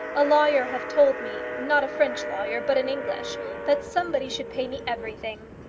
a lawyer have told me not a french lawyer, but an english that somebody should pay me everything.